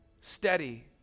steady